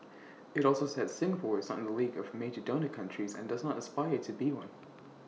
IT also said Singapore is not in the league of major donor countries and does not aspire to be one